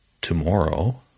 tomorrow